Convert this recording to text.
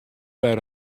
wer